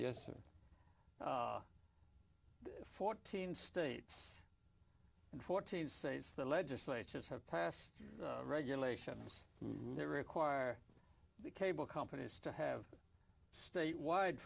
yes in fourteen states and fourteen sates the legislatures have passed regulations that require the cable companies to have state wide